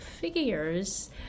figures